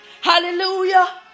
hallelujah